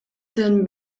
zen